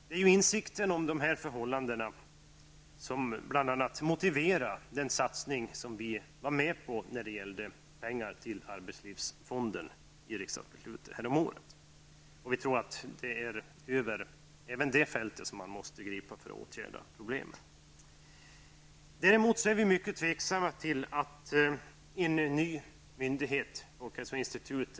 Det är insikten i dessa förhållanden som delvis motiverar den satsning som vi var med om häromåret, nämligen beslutet om pengar till arbetslivsfonden. Vi tror att det även den vägen måste vidtas åtgärder för att lösa problem. Däremot är vi mycket tveksamma till att inrätta en ny myndighet, folkhälsoinstitut.